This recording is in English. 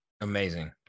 Amazing